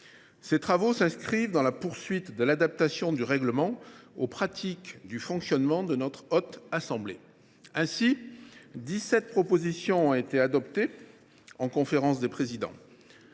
Ils s’inscrivent dans la poursuite de l’adaptation du règlement aux pratiques du fonctionnement de notre Haute Assemblée. Ainsi, 17 propositions ont été adoptées en conférence des présidents.